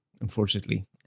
unfortunately